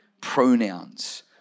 Pronouns